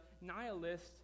nihilist